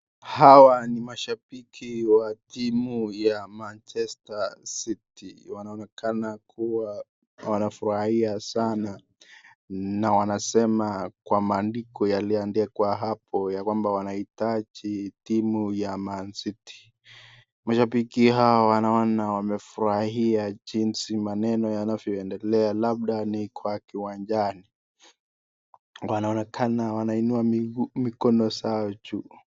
Hawa ni mashabiki wa timu ya Manchester City, wanaonekana kuwa wanafurahia sana, na wanasema kwa maandiko yaliyoandikwa hapo kwamba wanahitaji timu ya Man City. Mashabiki hawa wanaona wamefurahia jinsi maneno yanaendelea labda kwa kiwanjani. Wanaonekana wanainua mikondo zao juu.